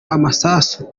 amasasu